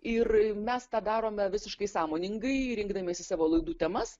ir mes tą darome visiškai sąmoningai rinkdamiesi savo laidų temas